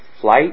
flight